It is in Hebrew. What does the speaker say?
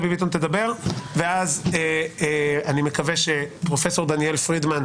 תדבר ואז אני מקווה שפרופ' דניאל פרידמן,